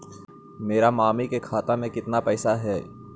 मेरा मामी के खाता में कितना पैसा हेउ?